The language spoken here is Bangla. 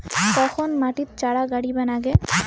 কখন মাটিত চারা গাড়িবা নাগে?